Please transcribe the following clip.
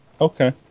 Okay